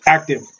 Active